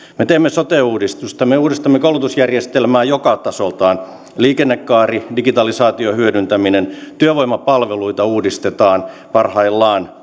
me teemme sote uudistusta me uudistamme koulutusjärjestelmää joka tasoltaan liikennekaari digitalisaation hyödyntäminen työvoimapalveluita uudistetaan parhaillaan